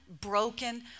broken